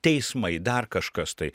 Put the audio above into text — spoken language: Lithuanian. teismai dar kažkas tai